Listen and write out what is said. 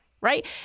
Right